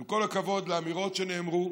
עם כל הכבוד לאמירות שנאמרו,